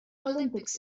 olympics